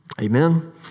Amen